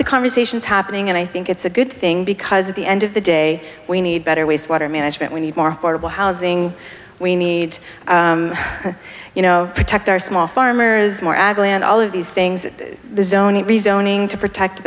the conversations happening and i think it's a good thing because of the end of the day we need better waste water management we need more affordable housing we need you know protect our small farmers more ag land all of these things